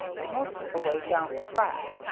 and most of the way down the track.